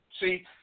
See